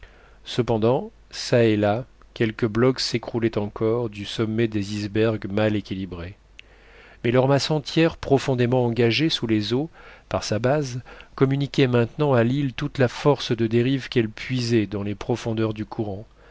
cependant çà et là quelques blocs s'écroulaient encore du sommet des icebergs mal équilibrés mais leur masse entière profondément engagée sous les eaux par sa base communiquait maintenant à l'île toute la force de dérive qu'elle puisait dans les profondeurs du courant